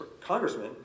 congressman